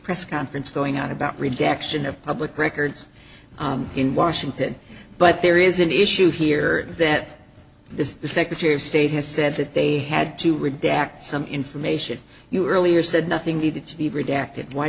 press conference going on about rejection of public records in washington but there is an issue here that this is the secretary of state has said that they had to redact some information you earlier said nothing needed to be redacted why